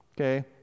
okay